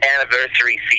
anniversary